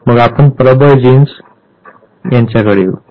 मग आपण प्रबळ जीन्सकडे येऊ